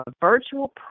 virtual